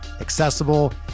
accessible